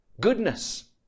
Goodness